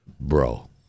bro